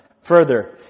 further